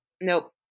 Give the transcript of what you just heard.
Nope